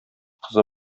кызы